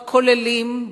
בכוללים,